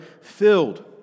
filled